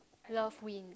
love win